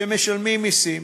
שמשלמים מסים,